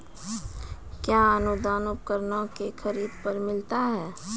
कया अनुदान उपकरणों के खरीद पर मिलता है?